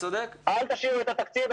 אל תשאירו את התקציב,